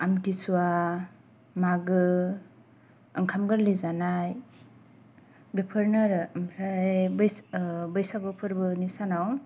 आमथि सुवा मागो ओंखाम गोरलै जानाय बेफोरनो आरो ओमफ्राय बैसागु फोरबोनि सानाव